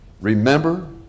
Remember